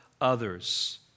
others